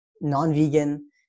non-vegan